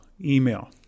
email